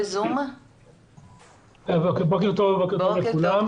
בוקר טוב לכולם.